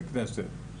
בכנסת,